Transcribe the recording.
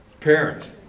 Parents